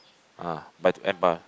ah by